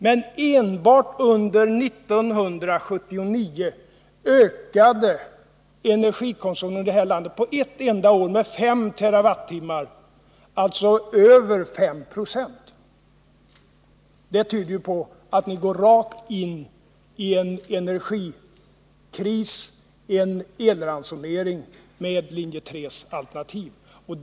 Men enbart under 1979 ökade energikonsumtionen i det här landet på ett enda år med 5 TWh, alltså över 5 90. Det tyder på att ni med linje 3:s alternativ går rakt in i en energikris, en elransonering.